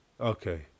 Okay